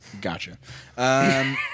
Gotcha